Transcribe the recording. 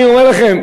אני אומר לכם,